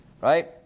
right